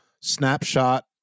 snapshot